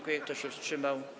Kto się wstrzymał?